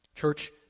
Church